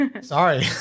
Sorry